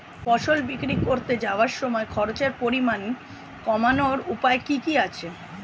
ফসল বিক্রি করতে যাওয়ার সময় খরচের পরিমাণ কমানোর উপায় কি কি আছে?